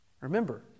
Remember